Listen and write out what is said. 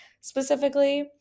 specifically